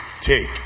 take